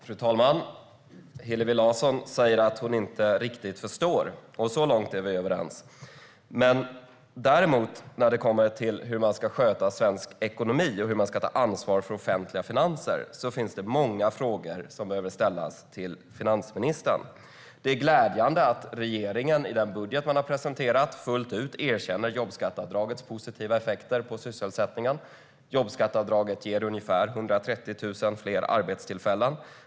Fru talman! Hillevi Larsson säger att hon inte riktigt förstår. Så långt är vi överens. Däremot när det kommer till hur svensk ekonomi ska skötas och ansvaret för offentliga finanser finns många frågor som behöver ställas till finansministern. Det är glädjande att regeringen i den presenterade budgeten fullt ut erkänner jobbskatteavdragets positiva effekter på sysselsättningen. Jobbskatteavdraget ger ungefär 130 000 fler arbetstillfällen.